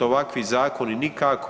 Ovakvi zakoni nikako.